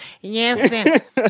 yes